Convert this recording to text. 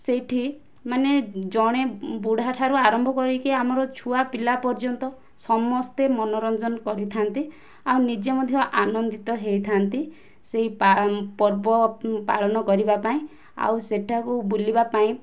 ସେଇଠି ମାନେ ଜଣେ ବୁଢ଼ାଠାରୁ ଆରମ୍ଭ କରିକି ଆମର ଛୁଆ ପିଲା ପର୍ଯ୍ୟନ୍ତ ସମସ୍ତେ ମନୋରଞ୍ଜନ କରିଥାଆନ୍ତି ଆଉ ନିଜେ ମଧ୍ୟ ଆନନ୍ଦିତ ହୋଇଥାଆନ୍ତି ସେହି ପର୍ବ ପାଳନ କରିବା ପାଇଁ ଆଉ ସେଠାକୁ ବୁଲିବା ପାଇଁ